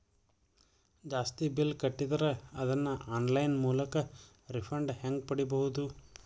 ಜಾಸ್ತಿ ಬಿಲ್ ಕಟ್ಟಿದರ ಅದನ್ನ ಆನ್ಲೈನ್ ಮೂಲಕ ರಿಫಂಡ ಹೆಂಗ್ ಪಡಿಬಹುದು?